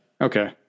Okay